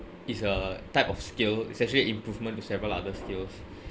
is a type of skill it's actually improvement to several other skills